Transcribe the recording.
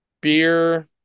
beer